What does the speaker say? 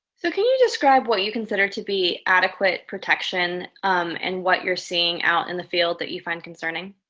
so can you describe what you consider to be adequate protection and what you're seeing out in the field that you find concerning?